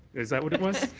is that what it was?